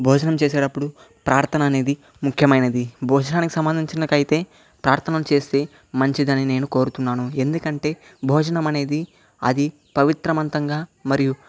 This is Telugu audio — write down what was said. భోజనం చేసేటప్పుడు ప్రార్థన అనేది ముఖ్యమైనది భోజనానికి సంబంధించినకైతే ప్రార్థన చేస్తే మంచిదని నేను కోరుతున్నాను ఎందుకంటే భోజనం అనేది అది పవిత్రమంతంగా మరియు